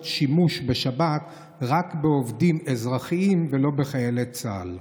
שימוש בשבת רק בעובדים אזרחיים ולא בחיילי צה"ל?